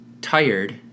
tired